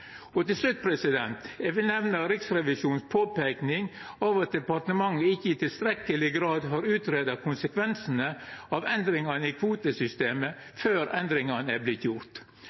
Til slutt vil eg nemna påpeikinga til Riksrevisjonen om at departementet ikkje i tilstrekkeleg grad har utgreidd konsekvensane av endringane i kvotesystemet før endringane